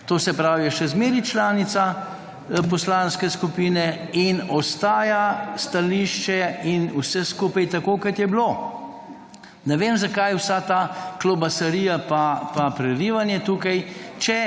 To se pravi, je še zmeraj članica Poslanske skupine in ostaja stališče in vse skupaj tako kot je bilo. Ne vem zakaj vsa ta klobasarija pa prerivanje tukaj,